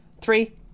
Three